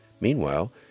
Meanwhile